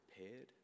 prepared